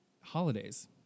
holidays